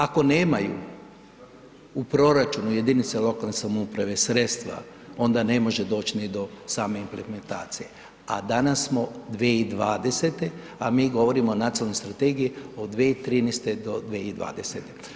Ako nemaju u proračunu jedinice lokalne samouprave sredstva, onda ne može doć ni do same implementacije a danas smo 2020. a mi govorimo o nacionalnoj strategiji od 2013. do 2020.